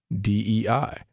DEI